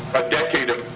a decade of